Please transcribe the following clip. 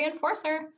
reinforcer